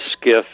skiff